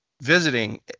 visiting